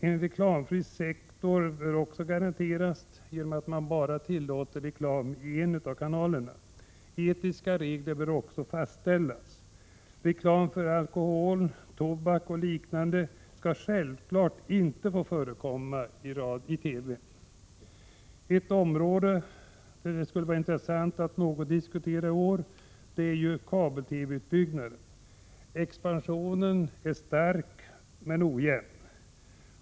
En reklamfri sektor bör också garanteras genom att man tillåter reklam i endast en av kanalerna. Etiska regler bör också fastställas. Reklam för alkohol, tobak och liknande skall självfallet inte få förekomma i TV. Ett område som det skulle vara intressant att diskutera något i år är kabel-TV-utbyggnaden. Expansionen är stark men ojämn.